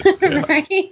Right